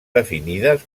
definides